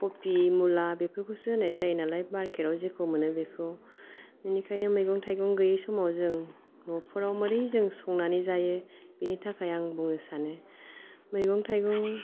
कफि मुला बेफोरखौसो होननाय जायो नालाय मारकेटाव जेखौ मोनो बेखौ बिनिखायनो मैगं थायगं गैयि समाव जों न'फोराव माबोरै जों संनानै जायो बेनि थाखाय आं बुंनो सानो मैगं थायगं